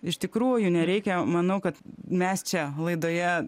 iš tikrųjų nereikia manau kad mes čia laidoje